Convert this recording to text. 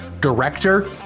director